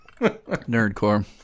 nerdcore